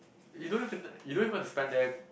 you don't have to you don't even have to spend there